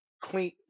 clean